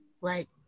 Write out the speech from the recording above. Right